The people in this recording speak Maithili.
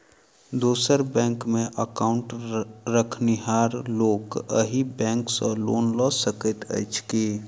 दोसर बैंकमे एकाउन्ट रखनिहार लोक अहि बैंक सँ लोन लऽ सकैत अछि की?